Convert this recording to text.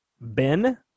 Ben